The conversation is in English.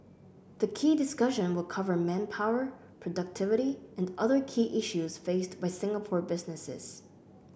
the key discussion will cover manpower productivity and other key issues faced by Singapore businesses